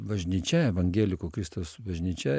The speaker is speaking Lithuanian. bažnyčia evangelikų kristaus bažnyčia